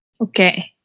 Okay